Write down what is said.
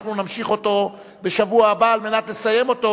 אנחנו נמשיך אותו בשבוע הבא על מנת לסיים אותו,